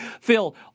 Phil